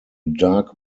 dark